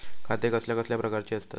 खाते कसल्या कसल्या प्रकारची असतत?